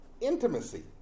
intimacy